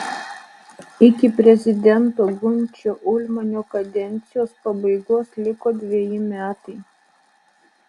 iki prezidento gunčio ulmanio kadencijos pabaigos liko dveji metai